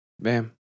Bam